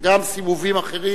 גם סיבובים אחרים,